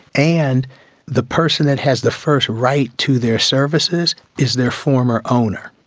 and the person that has the first right to their services is their former owner.